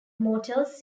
mortals